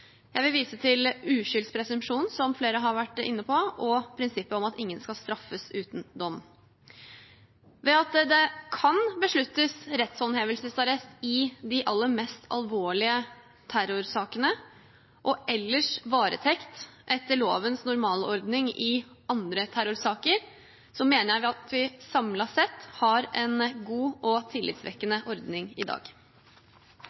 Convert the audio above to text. Jeg vil vise til uskyldspresumpsjonen, som flere har vært inne på, og prinsippet om at ingen skal straffes uten dom. Ved at det kan besluttes rettshåndhevelsesarrest i de aller mest alvorlige terrorsakene og ellers varetekt etter lovens normalordning i andre terrorsaker, mener jeg at vi samlet sett har en god og